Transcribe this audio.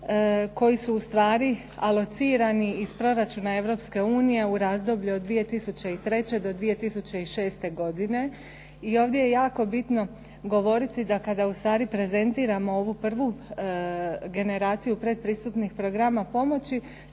koji su ustvari alocirani iz proračuna Europske unije u razdoblju od 2003. do 2006. godine. I ovdje je jako bitno govoriti da kada ustvari prezentiramo ovu prvu generaciju pretpristupnih programa pomoći